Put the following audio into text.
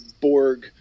Borg